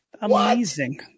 Amazing